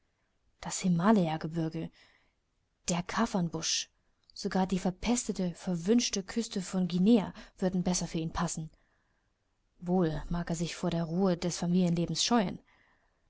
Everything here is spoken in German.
das himalayagebirge der kaffern busch sogar die verpestete verwünschte küste von guinea würden besser für ihn passen wohl mag er sich vor der ruhe des familienlebens scheuen